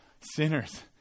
sinners